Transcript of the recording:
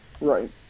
Right